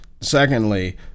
secondly